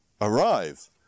arrive